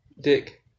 Dick